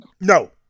No